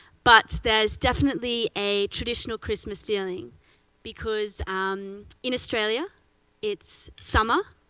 but there's definitely a traditional christmas feeling because in australia it's summer,